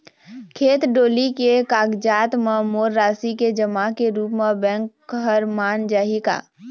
खेत डोली के कागजात म मोर राशि के जमा के रूप म बैंक हर मान जाही का?